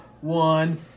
one